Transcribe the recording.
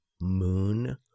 moon